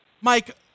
Mike